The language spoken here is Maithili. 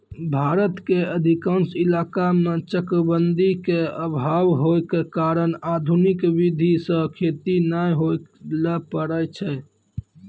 भारत के अधिकांश इलाका मॅ चकबंदी के अभाव होय के कारण आधुनिक विधी सॅ खेती नाय होय ल पारै छै